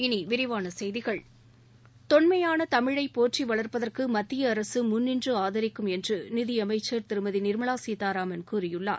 இனி விரிவான செய்திகள் தொன்மையான தமிழை போற்றி வளர்ப்பதற்கு மத்திய அரசு முன்நின்று ஆதரிக்கும் என்று நிதியமைச்சர் திருமதி நிர்மலா சீதாராமன் கூறியுள்ளார்